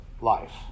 life